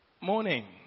morning